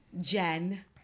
jen